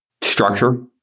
Structure